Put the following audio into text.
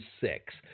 six